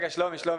רגע שלומי,